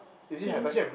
pink